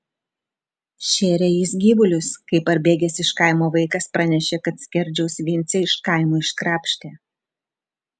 šėrė jis gyvulius kai parbėgęs iš kaimo vaikas pranešė kad skerdžiaus vincę iš kaimo iškrapštė